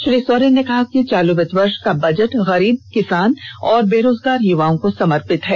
श्री सोरेन ने कहा कि चालू वित्त वर्ष का बजट गरीब किसान और बेरोजगार युवाओं को समर्पित है